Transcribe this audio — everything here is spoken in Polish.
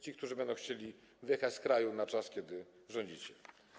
Ci, którzy będą chcieli wyjechać z kraju na czas, kiedy rządzicie.